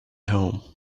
home